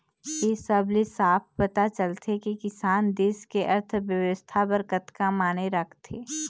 ए सब ले साफ पता चलथे के किसान देस के अर्थबेवस्था बर कतका माने राखथे